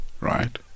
right